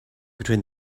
between